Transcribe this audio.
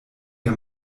der